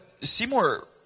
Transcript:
Seymour